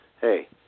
hey